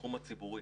לתחום הציבור.